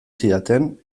zidaten